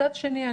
מצד שני,